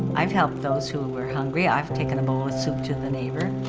i've helped those who were hungry, i've taken a bowl of soup to the neighbor.